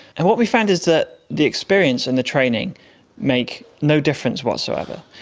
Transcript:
and what we found is that the experience and the training make no difference whatsoever.